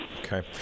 Okay